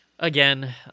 Again